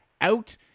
out